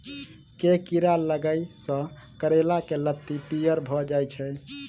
केँ कीड़ा लागै सऽ करैला केँ लत्ती पीयर भऽ जाय छै?